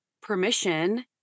permission